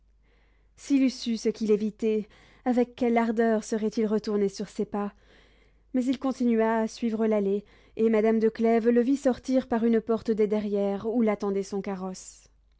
eût su ce qu'il évitait avec quelle ardeur serait-il retourné sur ses pas mais il continua à suivre l'allée et madame de clèves le vit sortir par une porte de derrière où l'attendait son carrosse